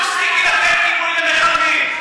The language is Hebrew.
תפסיקי לתת גיבוי למחבלים.